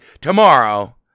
tomorrow